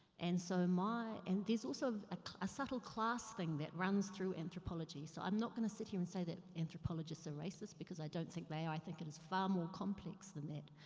and so my, and there's also ah a subtle class thing that runs through anthropology. so, i'm not going to sit here and say that anthropologists are racists, because i don't think they are, i think it is far more complex than that.